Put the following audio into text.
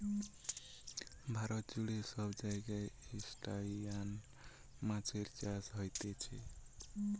ভারত জুড়ে সব জায়গায় ত্রুসটাসিয়ান মাছের চাষ হতিছে